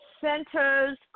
centers